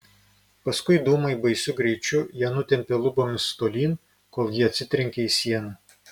paskui dūmai baisiu greičiu ją nutempė lubomis tolyn kol ji atsitrenkė į sieną